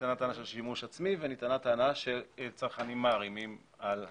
נטענה טענה של שימוש עצמי ונטענה טענה של צרכנים שמערימים על הרשתות.